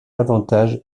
avantage